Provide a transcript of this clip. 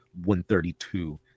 132